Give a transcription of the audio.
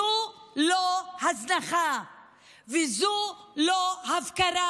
זו לא הזנחה וזו לא הפקרה,